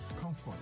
comfort